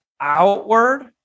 outward